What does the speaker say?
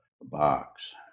box